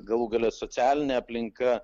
galų gale socialinė aplinka